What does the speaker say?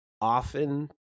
often